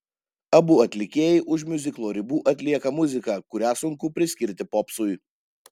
abu atlikėjai už miuziklo ribų atlieka muziką kurią sunku priskirti popsui